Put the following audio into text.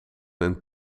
een